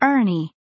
Ernie